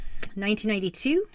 1992